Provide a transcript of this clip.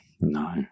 No